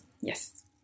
Yes